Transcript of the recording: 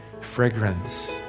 fragrance